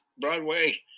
Broadway